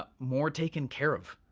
but more taken care of,